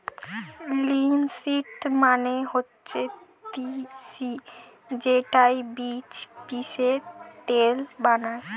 linseed মানে হচ্ছে তিসি যেইটার বীজ পিষে তেল বানায়